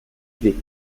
vais